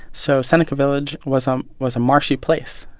so seneca village was um was a marshy place.